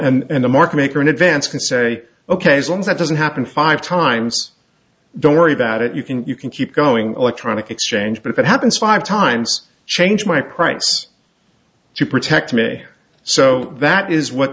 and the market maker in advance and say ok as long as that doesn't happen five times don't worry about it you can you can keep going electronic exchange but if it happens five times change my price to protect me so that is what